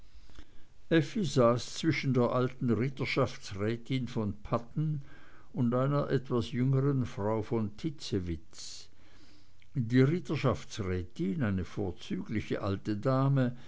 saß zwischen der alten ritterschaftsrätin von padden und einer etwas jüngeren frau von titzewitz die ritterschaftsrätin eine vorzügliche alte dame